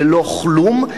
בלא-כלום,